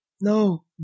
no